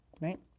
Right